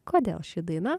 kodėl ši daina